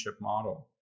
model